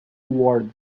ward